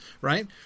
Right